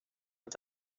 mit